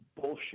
bullshit